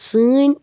سٲنۍ